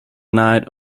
night